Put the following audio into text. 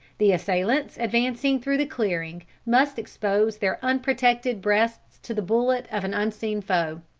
the assailants advancing through the clearing, must expose their unprotected breasts to the bullets of an unseen foe.